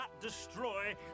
destroy